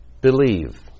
Believe